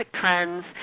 trends